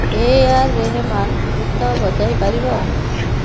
ଏ R Rahman ଗୀତ ବଜାଇ ପାରିବ